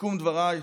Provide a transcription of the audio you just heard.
לסיכום דבריי,